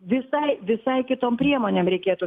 visai visai kitom priemonėm reikėtų spręsti